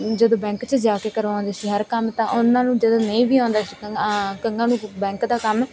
ਜਦੋਂ ਬੈਂਕ 'ਚ ਜਾ ਕੇ ਕਰਵਾਉਂਦੇ ਸੀ ਹਰ ਕੰਮ ਤਾਂ ਉਹਨਾਂ ਨੂੰ ਜਦੋਂ ਨਹੀਂ ਵੀ ਆਉਂਦਾ ਸੀ ਕ ਕਈਆਂ ਨੂੰ ਬੈਂਕ ਦਾ ਕੰਮ